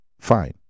Fine